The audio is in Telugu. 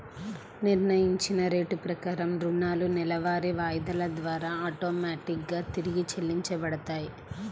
నిర్ణయించిన రేటు ప్రకారం రుణాలు నెలవారీ వాయిదాల ద్వారా ఆటోమేటిక్ గా తిరిగి చెల్లించబడతాయి